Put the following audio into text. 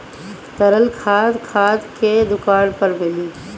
तरल खाद खाद के दुकान पर मिली